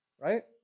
Right